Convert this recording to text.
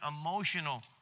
emotional